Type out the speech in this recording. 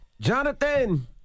Jonathan